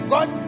God